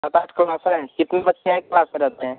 सात आठ क्लास हैं कितने बच्चे एक क्लास में रहते हैं